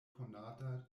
konata